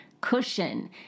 cushion